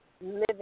living